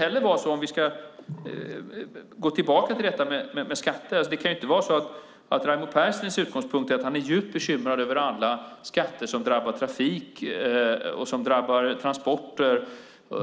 För att gå tillbaka till detta med skatter: Det kan inte vara så att Raimo Pärssinens utgångspunkt är att han är djupt bekymrad över alla skatter som drabbar trafik, transporter